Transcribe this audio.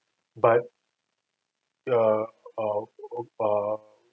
but err err err